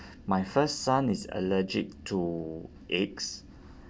my first son is allergic to eggs